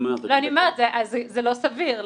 זה לא סביר.